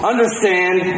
Understand